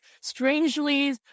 strangely